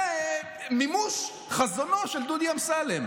זה מימוש חזונו של דודי אמסלם.